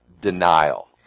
denial